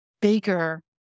bigger